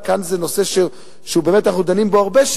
וכאן זה נושא שאנחנו דנים בו הרבה,